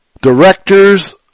Director's